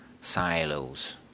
silos